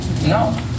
No